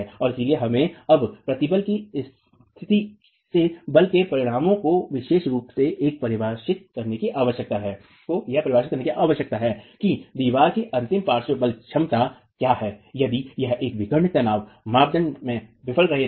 और इसलिए हमें अब प्रतिबल की स्थिति से बल के परिणामकों को विशेष रूप से यह परिभाषित करने की आवश्यकता है कि दीवार की अंतिम पार्श्व बल क्षमता क्या है यदि यह एक विकर्ण तनाव मानदंड में विफल रहे थे